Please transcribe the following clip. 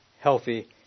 healthy